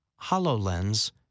HoloLens